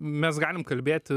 mes galim kalbėti